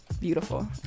beautiful